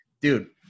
Dude